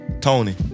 Tony